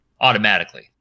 Automatically